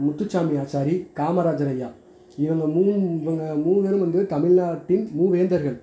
முத்துசாமி ஆசாரி காமராஜர் ஐயா இவங்க மூணு இவங்க மூணு பேரும் வந்து தமிழ்நாட்டின் மூவேந்தர்கள்